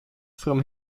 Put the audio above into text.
from